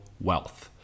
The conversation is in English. wealth